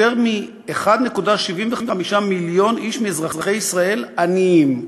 יותר מ-1.75 מיליון איש מאזרחי ישראל עניים,